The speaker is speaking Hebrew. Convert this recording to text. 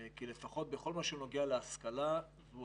כי לפחות בכל מה שנוגע להשכלה, זו